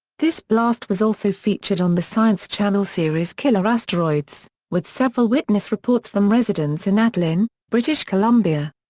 this blast was also featured on the science channel series killer asteroids, with several witness reports from residents in atlin, british columbia.